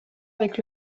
avec